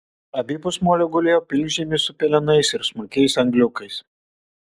abipus molio gulėjo pilkžemis su pelenais ir smulkiais angliukais